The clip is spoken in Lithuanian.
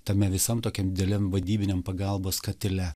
tame visam tokiam dideliam vadybiniam pagalbos katile